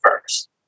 first